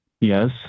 Yes